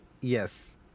Yes